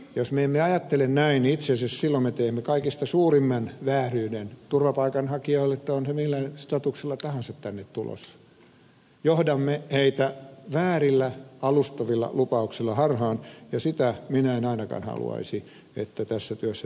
jos me emme ajattele näin niin itse asiassa silloin me teemme kaikista suurimman vääryyden turvapaikanhakijoille tai ovat he millä statuksella tahansa tänne tulossa johdamme heitä väärillä alustavilla lupauksilla harhaan ja sitä en minä ainakaan haluaisi että tässä työssä tehdään